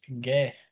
gay